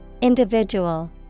Individual